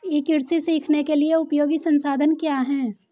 ई कृषि सीखने के लिए उपयोगी संसाधन क्या हैं?